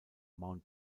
mount